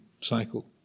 cycle